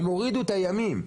הם הורידו את הימים.